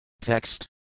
Text